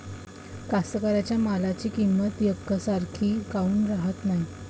कास्तकाराइच्या मालाची किंमत यकसारखी काऊन राहत नाई?